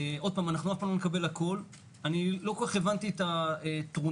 עוד פעם, אנחנו אף פעם לא נקבל הכול.